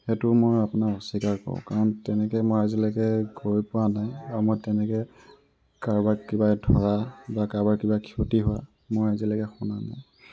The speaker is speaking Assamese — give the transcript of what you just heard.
সেইটো মই আপোনাৰ অস্বীকাৰ কৰোঁ কাৰণ তেনেকৈ মই আজিলৈকে গৈ পোৱা নাই আৰু মই তেনেকৈ কাৰোবাক কিবাই ধৰা বা কাৰোবাৰ কিবা ক্ষতি হোৱা মই আজিলৈকে শুনা নাই